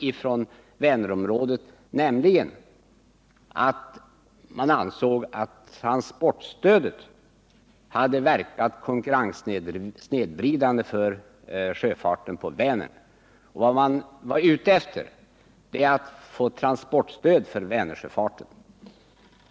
Där ansåg man nämligen att transportstödet hade verkat konkurrenssnedvridande för sjöfarten på Vänern. Man var ute efter att få transportstöd för Vänersjöfarten.